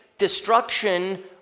destruction